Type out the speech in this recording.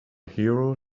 hero